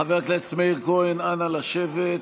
חבר הכנסת מאיר כהן, נא לשבת.